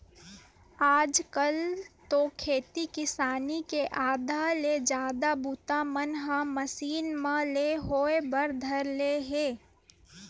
आज कल तो खेती किसानी के आधा ले जादा बूता मन ह मसीन मन ले होय बर धर ले हे